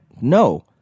No